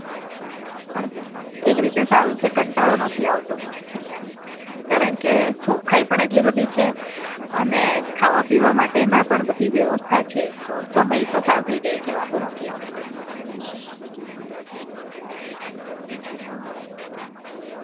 હ હ પણ એક રીતે સારું છે કંટાળો નથી આવતો અહીંયા કારણ કે ચોખ્ખાઈ પણ એટલી બધી છે અને ખાવા પીવા માટેના પણ બધી વ્યવસ્થા છે તો સમય પસાર થઈ જાય છે વાંધો નથી આવતો એમ